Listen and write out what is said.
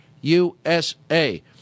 USA